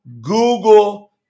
Google